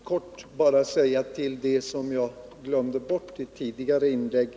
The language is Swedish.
Herr talman! Låt mig bara kort tillägga något jag glömde i mitt tidigare inlägg.